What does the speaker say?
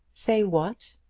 say what?